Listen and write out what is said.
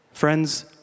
Friends